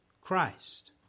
Christ